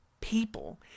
people